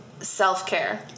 self-care